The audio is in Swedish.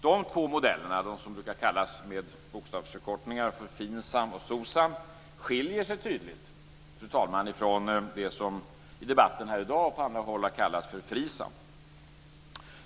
Dessa två modeller, som med bokstavsförkortningar brukar kallas för FINSAM och SOCSAM, skiljer sig tydligt, fru talman, från det som i debatten här i dag och på andra håll har kallats för FRISAM.